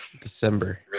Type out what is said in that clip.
December